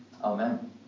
Amen